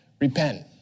repent